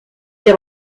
ses